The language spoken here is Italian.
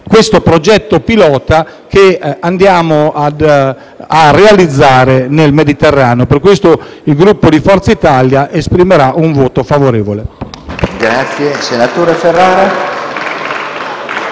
questo progetto pilota che andiamo a realizzare nel Mediterraneo. Per questo, il Gruppo Forza Italia esprimerà un voto favorevole.